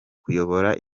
kuyobora